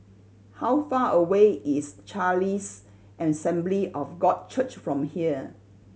how far away is Charis Assembly of God Church from here